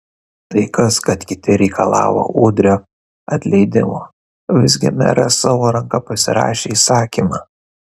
tai kas kad kiti reikalavo udrio atleidimo visgi meras savo ranka pasirašė įsakymą